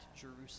Jerusalem